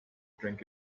drink